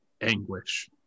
anguish